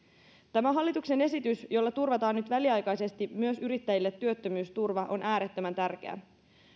tämä hallituksen esitys jolla turvataan nyt väliaikaisesti myös yrittäjille työttömyysturva on äärettömän tärkeä